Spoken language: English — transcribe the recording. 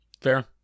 Fair